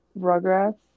Rugrats